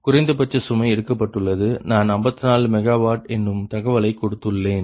குறைந்தபட்ச சுமை எடுக்கப்பட்டுள்ளது நான் 54 MW என்னும் தகவலை கொடுத்துள்ளேன்